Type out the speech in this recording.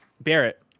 Barrett